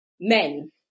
men